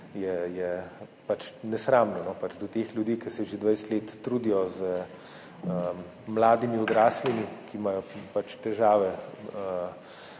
je nesramno do teh ljudi, ki se že 20 let trudijo z mladimi odraslimi, ki imajo v